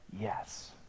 yes